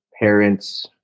parents